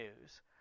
news